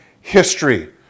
history